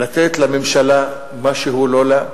לתת לממשלה משהו לא לה,